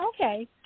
Okay